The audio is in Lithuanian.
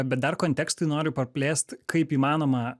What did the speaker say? bet dar kontekstui noriu praplėst kaip įmanoma